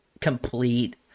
complete